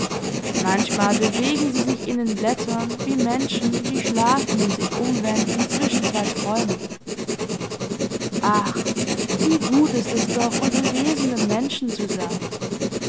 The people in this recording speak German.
manchmal bewegen sie sich in den blättern wie menschen die schlafen und sich umwenden zwischen zwei träumen ach wie gut ist es doch unter lesenden menschen zu sein